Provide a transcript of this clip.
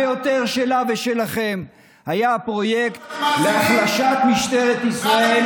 באותם פושעים מהמשטרה,